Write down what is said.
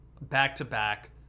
back-to-back